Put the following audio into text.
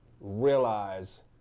realize